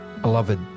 beloved